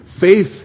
faith